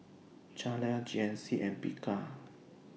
Zalia G N C and Bika